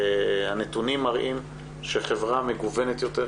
הנתונים מראים שחברה מגוונת יותר,